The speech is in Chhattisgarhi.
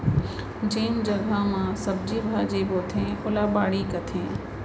जेन जघा म सब्जी भाजी बोथें ओला बाड़ी कथें